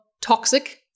toxic